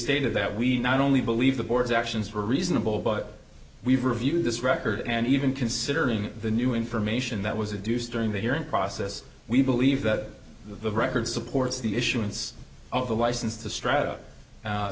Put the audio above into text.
stated that we not only believe the board's actions were reasonable but we've reviewed this record and even considering the new information that was a deuce during the hearing process we believe that the record supports the issuance of the license to strata